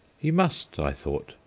he must, i thought,